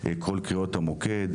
כל קריאות המוקד,